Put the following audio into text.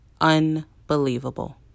unbelievable